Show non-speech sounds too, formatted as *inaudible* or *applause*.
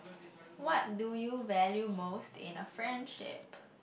what do you value most in a friendship *breath*